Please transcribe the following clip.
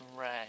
Right